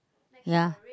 ya